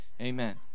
Amen